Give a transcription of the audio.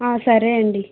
సరే అండి